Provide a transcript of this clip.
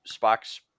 Spock's